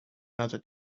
another